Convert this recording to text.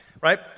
right